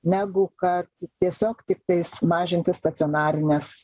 negu kad tiesiog tiktais mažinti stacionarines